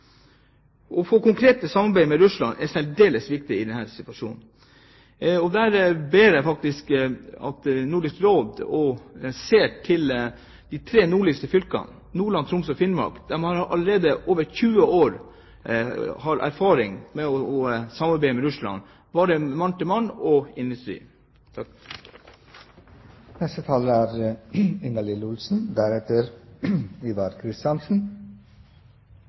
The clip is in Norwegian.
Å få til et konkret samarbeid med Russland er særdeles viktig i denne situasjonen, og jeg ber om at Nordisk Råd ser til de tre nordligste fylkene våre – Nordland, Troms og Finnmark – som allerede har 20 års erfaring i å samarbeide med Russland, både mann til mann og